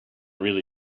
really